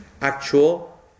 actual